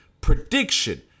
prediction